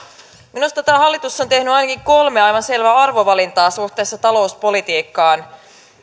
minusta tämä hallitus on tehnyt ainakin kolme aivan selvää arvovalintaa suhteessa talouspolitiikkaan